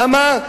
למה?